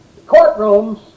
courtrooms